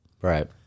Right